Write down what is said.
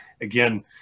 again